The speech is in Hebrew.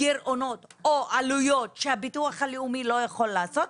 גירעונות או עלויות שהביטוח הלאומי לא יכול לעשות,